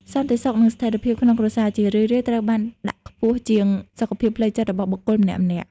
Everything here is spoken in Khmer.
សន្តិសុខនិងស្ថិរភាពក្នុងគ្រួសារ ជារឿយៗត្រូវបានដាក់ខ្ពស់ជាងសុខភាពផ្លូវចិត្តរបស់បុគ្គលម្នាក់ៗ។